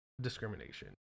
discrimination